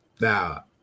Now